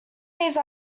these